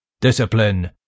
Discipline